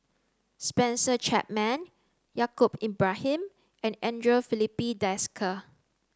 Spencer Chapman Yaacob Ibrahim and Andre Filipe Desker